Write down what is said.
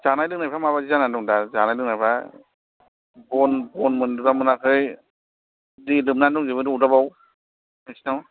जानाय लोंनायफोरा माबायदि जानानै दङ दा जानाय लोंनायफोरा ब'न मोन्दोंना मोनाखै दै लोमनानै दंजोबोथ' अरदाबाव नोंसोरनाव